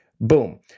boom